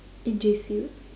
in J_C